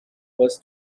was